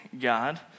God